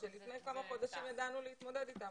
שלפני כמה חודשים ידענו להתמודד איתן,